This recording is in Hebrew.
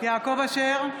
יעקב אשר,